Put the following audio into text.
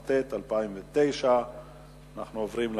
התשס"ט 2009. אנחנו עוברים להצבעה.